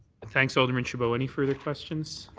thanks, alderman chabot. any further questions?